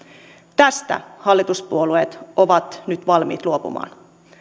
tästä hallituspuolueet ovat nyt valmiit luopumaan